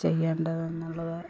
ചെയ്യേണ്ടതെന്നുള്ളത്